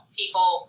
people